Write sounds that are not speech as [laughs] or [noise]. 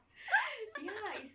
[breath] [laughs]